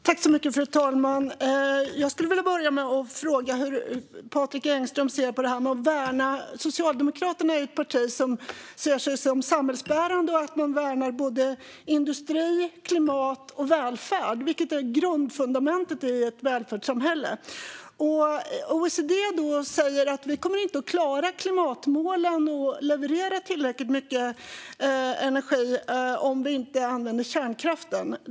Fru talman! Jag skulle vilja börja med att fråga hur Patrik Engström ser på detta med att värna välfärden. Socialdemokraterna är ju ett parti som ser sig som samhällsbärande och säger sig värna både industri och klimat, vilket är fundamentet för ett välfärdssamhälle. OECD säger att vi inte kommer att klara klimatmålen eller kunna leverera tillräckligt mycket energi om vi inte använder kärnkraft.